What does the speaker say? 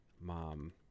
mom